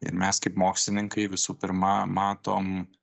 ir mes kaip mokslininkai visų pirma matom